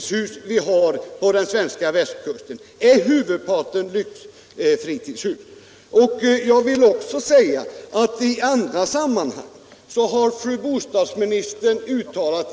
Och jag har ännu inte fått svar på frågan: Är huvudparten av fritidshusen på den svenska västkusten lyxfritidshus?